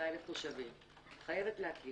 27,000 תושבים חייבת להקים